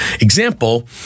example